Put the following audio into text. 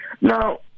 Now